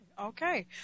okay